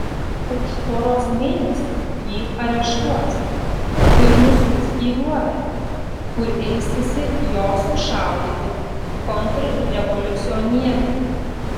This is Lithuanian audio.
už poros mėnesių jį areštuos ir nusiųs į duobę kur ilsisi jo sušaudyti kontrrevoliucionieriai